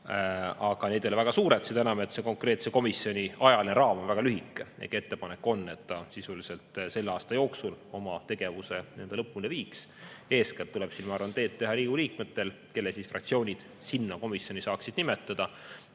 aga need ei ole väga suured, seda enam, et selle konkreetse komisjoni ajaline raam on väga lühike. Ettepanek on, et ta sisuliselt selle aasta jooksul oma tegevuse lõpule viiks. Eeskätt tuleb siin, ma arvan, tööd teha Riigikogu liikmetel, kelle fraktsioonid sinna komisjoni nimetaksid,